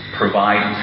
provide